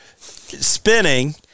spinning